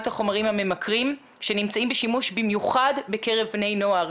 החומרים הממכרים שנמצאים בשימוש במיוחד בקרב בני נוער.